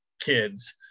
kids